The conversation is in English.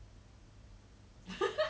weren't born that way ya